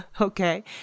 okay